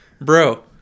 Bro